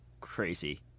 crazy